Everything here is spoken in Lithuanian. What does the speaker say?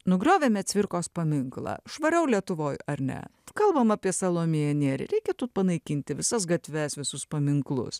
nugriovėme cvirkos paminklą švariau lietuvoj ar ne kalbam apie salomėją nėrį reikėtų panaikinti visas gatves visus paminklus